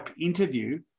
interview